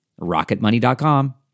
rocketmoney.com